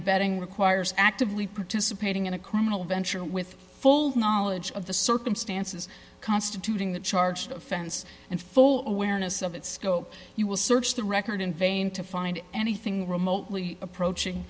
abetting requires actively participating in a criminal venture with full knowledge of the circumstances constituting the charge offense and full of awareness of its scope you will search the record in vain to find anything remotely approaching